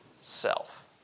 self